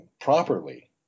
properly